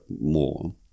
more